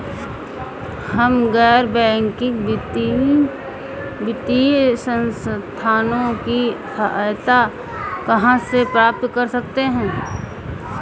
हम गैर बैंकिंग वित्तीय संस्थानों की सहायता कहाँ से प्राप्त कर सकते हैं?